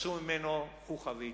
שעשו ממנו חוכא ואטלולא.